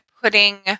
putting